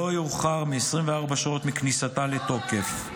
ולא יאוחר מ-24 שעות מכניסתה לתוקף.